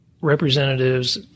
representatives